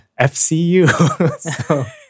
FCU